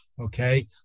Okay